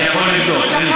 אני יכול לבדוק.